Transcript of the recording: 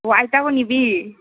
অ আইতাকো নিবি